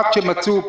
עד שמצאו,